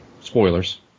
Spoilers